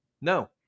no